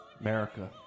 America